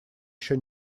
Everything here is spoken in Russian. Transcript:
еще